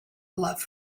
love